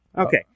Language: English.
Okay